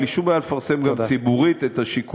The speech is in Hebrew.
אין לי שום בעיה לפרסם גם ציבורית את השיקולים,